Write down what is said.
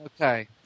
okay